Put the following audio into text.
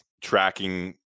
tracking